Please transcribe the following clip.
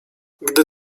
gdy